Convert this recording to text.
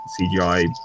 CGI